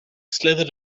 slithered